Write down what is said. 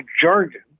jargon